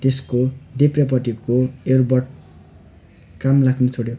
त्यसको देब्रेपट्टिको इयरबड काम लाग्नु छोड्यो